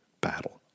battle